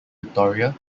victoria